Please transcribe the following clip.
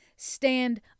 stand